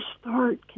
start